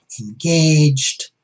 engaged